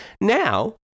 Now